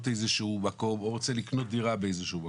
או רוצה לקנות דירה באיזה שהוא מקום,